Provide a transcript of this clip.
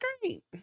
great